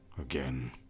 again